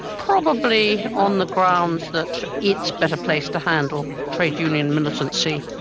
probably on the grounds that it's better placed to handle trade union militancy,